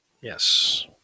Yes